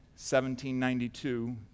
1792